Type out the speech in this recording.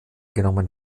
genommen